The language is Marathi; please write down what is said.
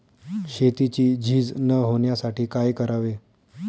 शेतीची झीज न होण्यासाठी काय करावे?